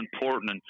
important